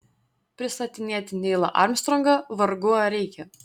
pristatinėti neilą armstrongą vargu ar reikia